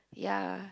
ya